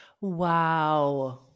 Wow